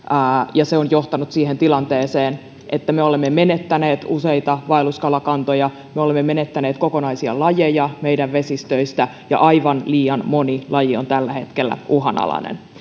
ja se on johtanut siihen tilanteeseen että me olemme menettäneet useita vaelluskalakantoja me olemme menettäneet kokonaisia lajeja meidän vesistöissä ja aivan liian moni laji on tällä hetkellä uhanalainen